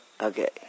Okay